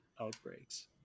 outbreaks